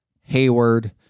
Hayward